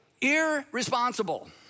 irresponsible